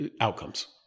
outcomes